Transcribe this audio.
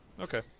okay